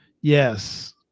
Yes